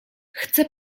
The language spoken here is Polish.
chcę